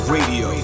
Radio